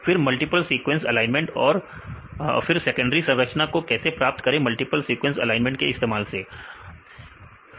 फिर multiple sequence alignment फिर secondary संरचना को कैसे प्राप्त करें मल्टीपल सीक्वेंस एलाइनमेंट को इस्तेमाल करके